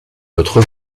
votre